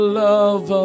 love